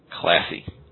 Classy